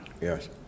Yes